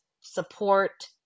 support